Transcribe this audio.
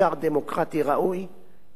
תדאגו לחוקק מייד